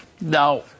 Now